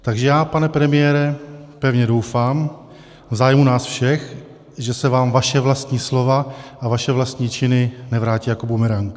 Takže já, pane premiére, pevně doufám v zájmu nás všech, že se vám vaše vlastní slova a vaše vlastní činy nevrátí jako bumerang.